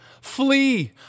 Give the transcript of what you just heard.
Flee